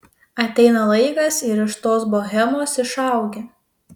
ateina laikas ir iš tos bohemos išaugi